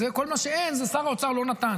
כל מה שאין, זה שר האוצר לא נתן.